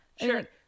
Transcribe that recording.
Sure